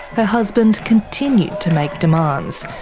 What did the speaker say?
her husband continued to make demands,